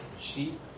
sheep